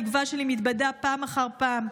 התקווה שלי מתבדה פעם אחר פעם.